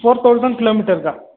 four thousand ಕಿಲೋಮೀಟರಿಗ